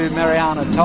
Mariana